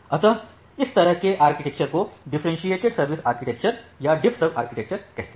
अतः इस तरह के आर्किटेक्चर को डिफ्रेंशिअटेद सर्विस आर्किटेक्चर या diffserv आर्किटेक्चर कहते हैं